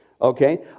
okay